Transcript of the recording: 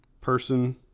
person